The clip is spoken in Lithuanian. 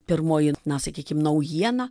pirmoji na sakykim naujiena